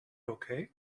okay